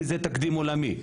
כי זה תקדים עולמי.